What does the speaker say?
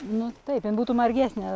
nu taip jin būtų margesnė